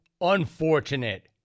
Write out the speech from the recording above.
unfortunate